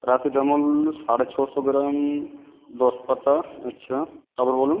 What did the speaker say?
paracetamol সাড়ে ছশো gram দশ পাতা আচ্ছা তারপর বলুন